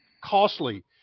costly